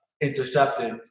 intercepted